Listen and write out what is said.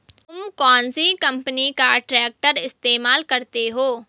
तुम कौनसी कंपनी का ट्रैक्टर इस्तेमाल करते हो?